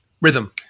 rhythm